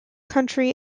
country